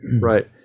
Right